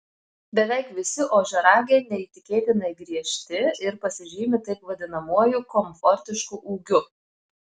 beveik visi ožiaragiai neįtikėtinai griežti ir pasižymi taip vadinamuoju komfortišku ūgiu